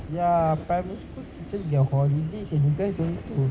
ya primary school teachers get holidays and you guys don't need to